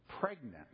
Pregnant